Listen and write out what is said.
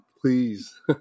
please